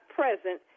present